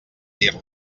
dir